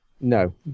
no